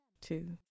two